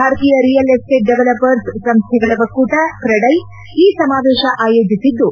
ಭಾರತೀಯ real estate developers ಸಂಸ್ಥೆಗಳ ಒಕ್ಕೂಟ ಕೆಡೈ ಈ ಸಮಾವೇಶ ಆಯೋಜಿಸಿದ್ದು